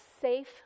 safe